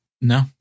No